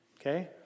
Okay